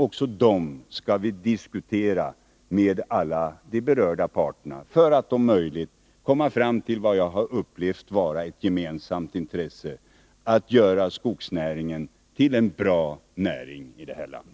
Också dem skall vi diskutera med alla berörda parter, för att om möjligt komma fram till vad jag har upplevt vara ett gemensamt intresse — att vi skall göra skogsnäringen till en bra näring i detta land.